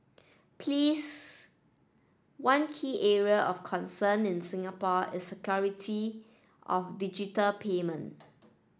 please one key area of concern in Singapore is security of digital payment